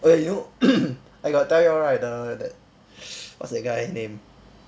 oh you know I got tell you all right the that what's that guy name